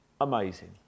Amazing